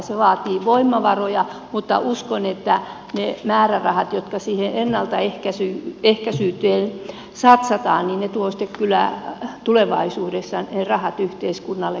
se vaatii voimavaroja mutta uskon että ne määrärahat jotka siihen ennaltaehkäisyyn satsataan tuovat sitten kyllä tulevaisuudessa ne rahat yhteiskunnallekin takaisin